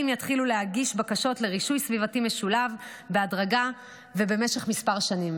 יתחילו להגיש בקשות לרישוי סביבתי משולב בהדרגה ובמשך מספר שנים.